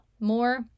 more